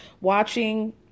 watching